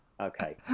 Okay